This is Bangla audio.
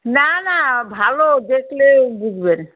না না ভালো দেখলে বুঝবেন